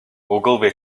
ogilvy